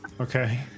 Okay